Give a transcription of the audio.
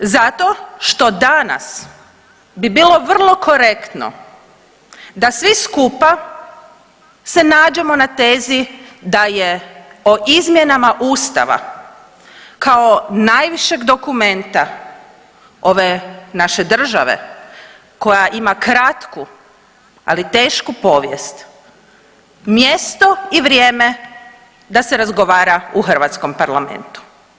Zato što danas bi bilo vrlo korektno da svi skupa se nađemo na tezi da je o izmjenama Ustava kao najvišeg dokumenta ove naše države koja ima kratku, ali tešku povijest, mjesto i vrijeme da se razgovara u hrvatskom parlamentu.